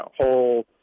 whole